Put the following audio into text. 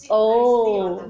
oh